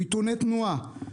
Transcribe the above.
מיתוני תנועה,